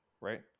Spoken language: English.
right